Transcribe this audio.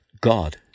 God